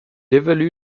évalue